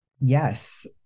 yes